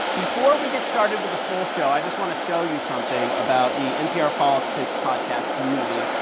before we get started with the full show, i just want to show you something about the npr politics podcast community.